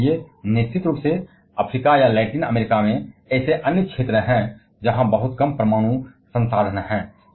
और इसलिए निश्चित रूप से अफ्रीका या लैटिन अमेरिका में अन्य क्षेत्र हैं जैसे कि बहुत कम परमाणु संसाधन हैं